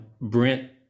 Brent